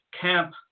camp